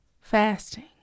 fasting